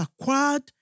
acquired